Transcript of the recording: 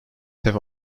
have